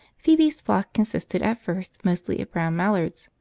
phoebe's flock consisted at first mostly of brown mallards,